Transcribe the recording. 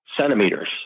centimeters